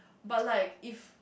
but like if